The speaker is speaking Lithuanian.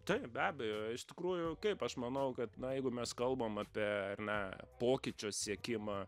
taip be abejo iš tikrųjų kaip aš manau kad na jeigu mes kalbam apie ar ne pokyčio siekimą